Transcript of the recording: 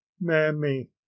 mammy